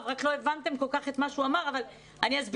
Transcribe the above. רק לא הבנתם כל כך את מה שהוא אמר אז אני אחדד